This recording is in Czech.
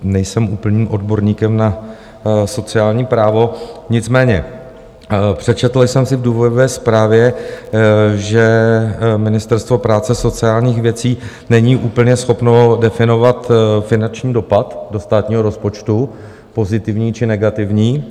Nejsem úplným odborníkem na sociální právo, nicméně přečetl jsem si v důvodové zprávě, že Ministerstvo práce a sociálních věcí není úplně schopno definovat finanční dopad do státního rozpočtu, pozitivní či negativní.